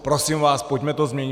Prosím vás, pojďme to změnit.